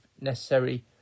necessary